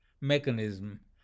mechanism